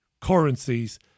currencies